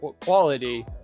quality